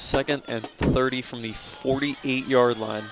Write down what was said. and thirty from the forty eight yard line